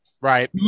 Right